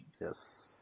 Yes